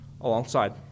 alongside